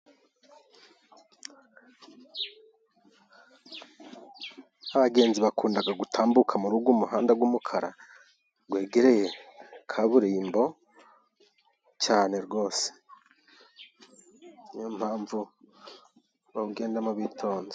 Abagenzi bakunda gutambuka muri uyu umuhanda w'umukara wegereye kaburimbo cyane rwose, niyo mpamvu bagendamo bitonze.